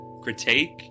critique